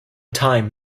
time